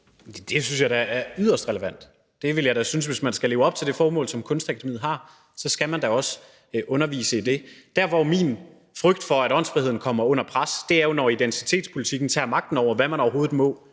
Det synes jeg da er yderst relevant. Det ville jeg da synes. Hvis man skal leve op til det formål, som Kunstakademiet har, skal man da også undervise i det. Der, hvor min frygt for, at åndsfriheden kommer under pres, er, når identitetspolitikken tager magten over, hvad man overhovedet må